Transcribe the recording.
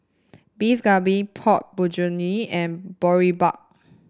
Beef Galbi Pork Bulgogi and Boribap